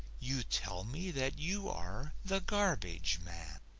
you tell me that you are the garbage man.